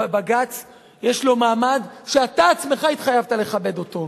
ובג"ץ יש לו מעמד שאתה עצמך התחייבת לכבד אותו.